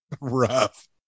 rough